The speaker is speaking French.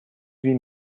huit